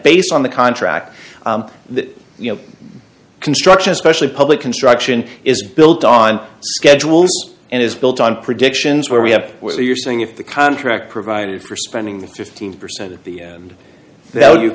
based on the contract that you know construction especially public construction is built on schedule and is built on predictions where we have where you're saying if the contract provided for spending fifteen percent at the